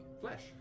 flesh